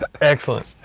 Excellent